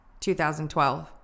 2012